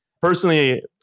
Personally